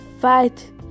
fight